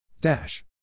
Dash